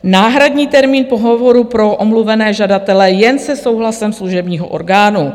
Náhradní termín pohovoru pro omluvené žadatele jen se souhlasem služebního orgánu.